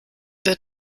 der